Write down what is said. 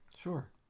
Sure